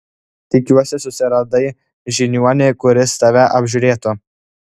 tikiuosi susiradai žiniuonį kuris tave apžiūrėtų